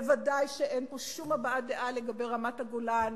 ודאי שאין פה שום הבעת דעה לגבי רמת-הגולן,